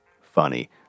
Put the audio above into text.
funny